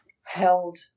held